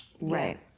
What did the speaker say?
Right